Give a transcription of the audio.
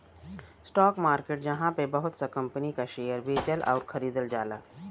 stock market जहाँ पे बहुत सा कंपनी क शेयर बेचल आउर खरीदल जाला